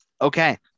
Okay